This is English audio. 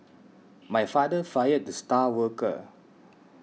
my father fired the star worker